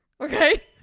okay